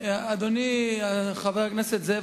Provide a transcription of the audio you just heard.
אדוני חבר הכנסת זאב,